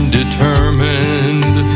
determined